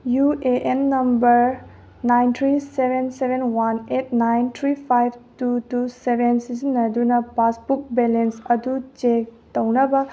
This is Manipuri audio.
U A N number nine three seven seven one eight nine three five two two seven ꯁꯤꯖꯤꯟꯅꯗꯨꯅ ꯄꯥꯁꯕꯨꯛ ꯕꯦꯂꯦꯟꯁ ꯑꯗꯨ ꯆꯦꯛ ꯇꯧꯅꯕ